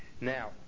now